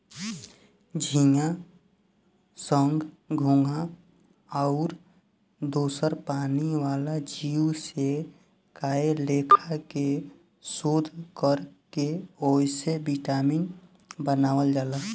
झींगा, संख, घोघा आउर दोसर पानी वाला जीव से कए लेखा के शोध कर के ओसे विटामिन बनावल जाला